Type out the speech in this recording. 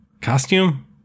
costume